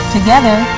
Together